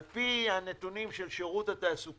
על פי הנתונים של שירות התעסוקה,